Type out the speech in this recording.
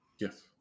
Yes